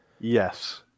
Yes